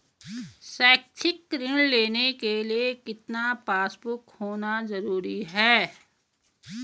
शैक्षिक ऋण लेने के लिए कितना पासबुक होना जरूरी है?